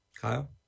Kyle